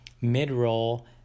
mid-roll